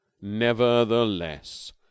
Nevertheless